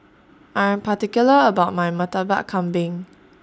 I'm particular about My Murtabak Kambing